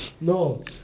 no